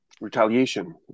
retaliation